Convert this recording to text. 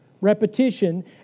Repetition